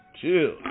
Chill